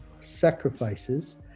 sacrifices